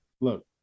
Look